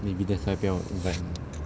maybe that's why 不要 invite 你